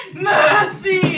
mercy